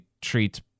treat